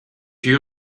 you